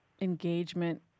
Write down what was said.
engagement